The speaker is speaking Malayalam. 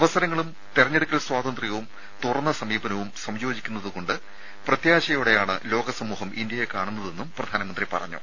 അവസരങ്ങളും തെരഞ്ഞെടുക്കൽ സ്വാതന്ത്ര്യവും തുറന്ന സമീപനവും സംയോജിക്കുന്നതുകൊണ്ട് പ്രത്യാശയോടെയാണ് ലോക സമൂഹം ഇന്ത്യയെ കാണുന്നതെന്നും പ്രധാനമന്ത്രി പറഞ്ഞു